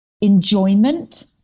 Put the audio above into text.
enjoyment